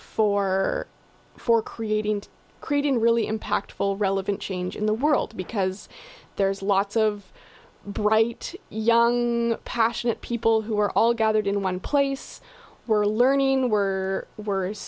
for for creating and creating really impactful relevant change in the world because there's lots of bright young passionate people who are all gathered in one place we're learning we're worse